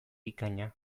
bikaina